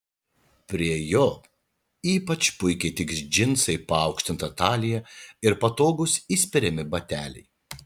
prie jo ypač puikiai tiks džinsai paaukštinta talija ir patogūs įspiriami bateliai